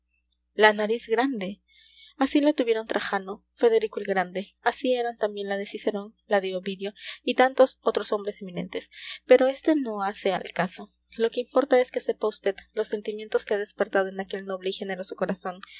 la nariz grande así la tuvieron trajano federico el grande así eran también la de cicerón la de ovidio y tantos otros hombres eminentes pero esto no hace al caso lo que importa es que sepa vd los sentimientos que ha despertado en aquel noble y generoso corazón